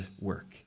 work